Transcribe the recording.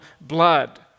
blood